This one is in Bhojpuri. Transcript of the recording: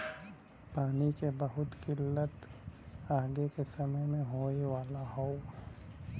पानी के बहुत किल्लत आगे के समय में होए वाला हौ